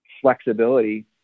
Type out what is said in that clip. flexibility